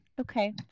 Okay